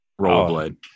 Rollerblade